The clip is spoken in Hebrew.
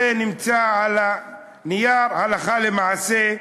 זה נמצא על הנייר, הלכה למעשה,